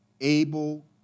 able